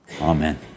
Amen